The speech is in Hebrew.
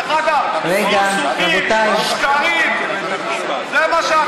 דרך אגב, סכסוכים, שקרים, זה מה שאת עושה.